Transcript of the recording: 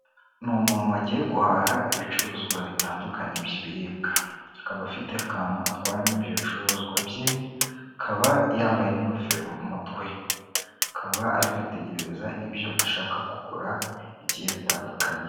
Ni umuntu wagiye guhaha ibicuruzwa bitandukanye by'ibiribwa, akaba afite akantu atwaramo ibyo ibicuruzwa bye, akaba yambaye n'ingofero mu mutwe, akaba ari kwitegereza ibyo ashaka kugura bigiye bitandukanye.